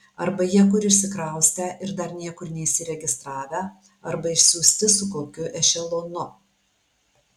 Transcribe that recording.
arba jie kur išsikraustę ir dar niekur neįsiregistravę arba išsiųsti su kokiu ešelonu